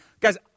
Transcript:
guys